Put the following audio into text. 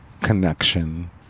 connection